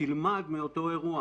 תלמד מאותו אירוע.